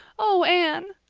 oh, anne!